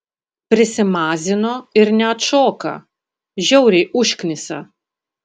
prisimazino ir neatšoka žiauriai užknisa